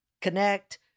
connect